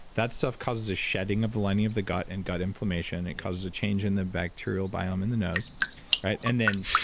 that stuff causes a shedding of the lining of the gut and gut inflammation, it causes a change in the bacterial biome in the nose and then,